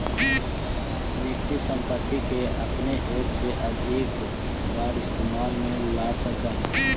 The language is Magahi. निश्चित संपत्ति के अपने एक से अधिक बार इस्तेमाल में ला सकऽ हऽ